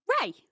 Ray